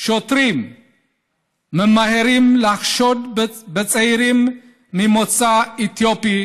שוטרים ממהרים לחשוד בצעירים ממוצא אתיופי